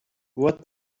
what